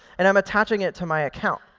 and i'm attaching it to my account.